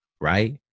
Right